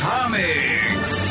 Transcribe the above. Comics